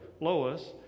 Lois